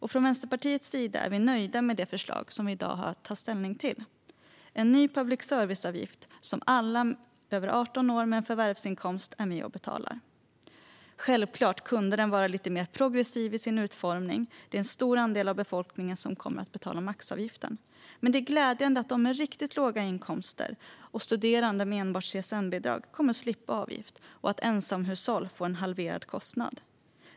Vi i Vänsterpartiet är nöjda med det förslag vi i dag har att ta ställning till om en ny public service-avgift som alla över 18 år med en förvärvsinkomst är med och betalar. Självklart kunde den vara lite mer progressiv i sin utformning - det är en stor andel av befolkningen som kommer att betala maxavgiften. Det är dock glädjande att de med riktigt låga inkomster och studerande med enbart CSN-bidrag kommer att slippa avgift och att ensamhushåll får en halverad kostnad.